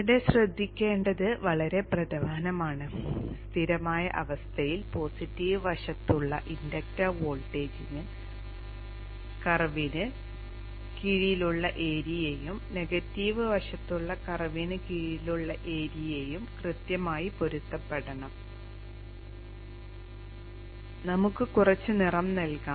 ഇവിടെ ശ്രദ്ധിക്കേണ്ടത് വളരെ പ്രധാനമാണ് സ്ഥിരമായ അവസ്ഥയിൽ പോസിറ്റീവ് വശത്തുള്ള ഇൻഡക്റ്റർ വോൾട്ടേജ് കർവിന് കീഴിലുള്ള ഏരിയയും നെഗറ്റീവ് വശത്തുള്ള കർവിന് കീഴിലുള്ള ഏരിയയും കൃത്യമായി പൊരുത്തപ്പെടണം നമുക്ക് കുറച്ച് നിറം നൽകാം